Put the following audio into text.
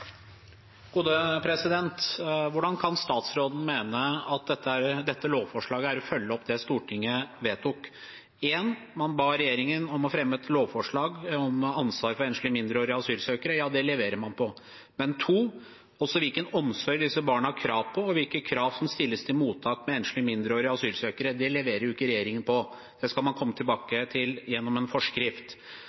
å følge opp det Stortinget vedtok? For det første: Man ba regjeringen om å fremme et lovforslag om ansvaret for enslige mindreårige asylsøkere. Ja, det leverer man på. Men for det andre: Hvilken omsorg disse barna har krav på, og hvilke krav som stilles til mottak med enslige mindreårige asylsøkere, det leverer ikke regjeringen på, det skal man komme tilbake til gjennom en forskrift.